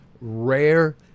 rare